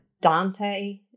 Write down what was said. Dante